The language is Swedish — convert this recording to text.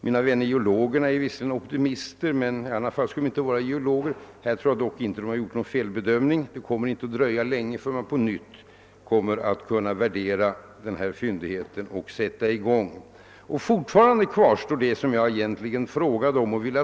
Mina vänner geologerna är visserligen optimister — i annat fall skulle de inte stå ut med att vara geologer — men här tror jag inte att de gjort någon felbedömning. Det kommer inte att dröja länge förrän man på nytt kan värdera denna utökade fyndighet och därefter fatta be slut om att sätta i gång driften. Fortfarande kvarstår min första fråga obesvarad.